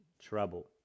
trouble